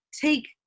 take